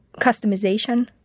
customization